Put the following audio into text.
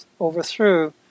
overthrew